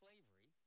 slavery